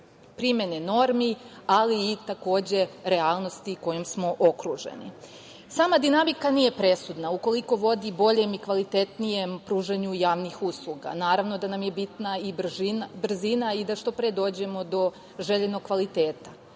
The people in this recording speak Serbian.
primene normi, ali, takođe i realnosti kojom smo okruženi. Sama dinamika nije presudna, ukoliko vodi boljem i kvalitetnijem pružanju javnih usluga. Naravno da nam je bitna i brzina i da što pre dođemo do željenog kvaliteta,